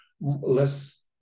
less